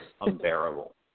unbearable